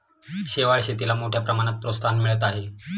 शेवाळ शेतीला मोठ्या प्रमाणात प्रोत्साहन मिळत आहे